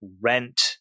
rent